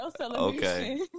okay